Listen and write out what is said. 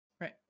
Right